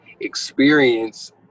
experience